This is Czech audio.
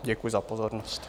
Děkuji za pozornost.